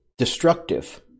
destructive